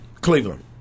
Cleveland